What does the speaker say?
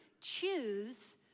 choose